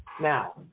Now